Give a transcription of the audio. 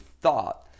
thought